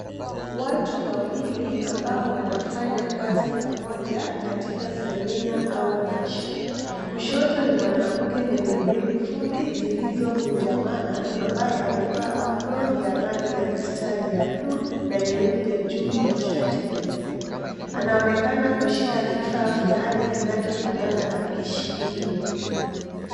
Watu wawili ambao wanafanya kazi pamoja katika semina au warsha. Kushoto ni mwanamke mwenye nywele fupi zilizokunjamana ambaye amevaa apron ya rangi ya mistari ya buluu na nyeupe juu ya shati nyeupe. Anaonekana kushika kifaa fulani kinachofanana na kishikio.